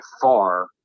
far